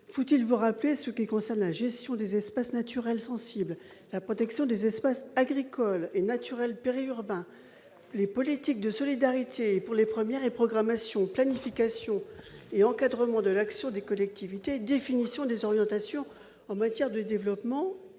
et les régions, en matière de gestion des espaces naturels sensibles, de protection des espaces agricoles et naturels périurbains, de politiques de solidarité, pour les premiers, de programmation, de planification et d'encadrement de l'action des collectivités, de définition des orientations en matière de développement